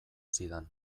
zidan